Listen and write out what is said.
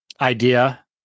idea